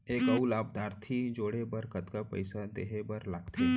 एक अऊ लाभार्थी जोड़े बर कतका पइसा देहे बर लागथे?